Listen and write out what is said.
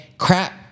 crap